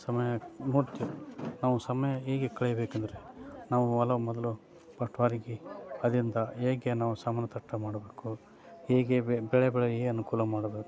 ಸಮಯ ಮುಖ್ಯ ನಾವು ಸಮಯ ಹೇಗೆ ಕಳಿಬೇಕಂದರೆ ನಾವು ಹೊಲ ಮೊದಲು ಪಸ್ಟ್ ಹರಗಿ ಅಲ್ಲಿಂದ ಹೇಗೆ ನಾವು ಸಮನತಟ್ಟು ಮಾಡಬೇಕು ಹೇಗೆ ಬೆಳೆ ಬೆಳೆಯೋರಿಗೆ ಅನುಕೂಲ ಮಾಡಬೇಕು